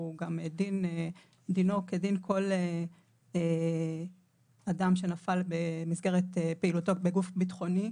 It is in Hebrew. הוא גם כדין כל אדם שנפל במסגרת פעילותו בגוף ביטחוני,